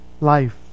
life